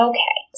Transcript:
Okay